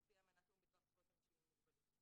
פי אמנת האו"ם בדבר זכויות אנשים עם מוגבלות.